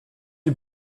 you